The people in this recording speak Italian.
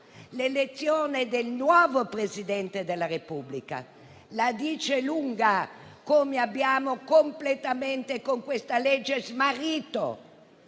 l'elezione del nuovo Presidente della Repubblica la dice lunga su come abbiamo completamente smarrito,